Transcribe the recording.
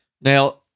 Now